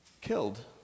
killed